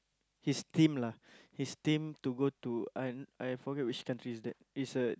his team lah his team to go to an I forget which country is that is a